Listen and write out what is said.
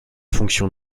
fonctions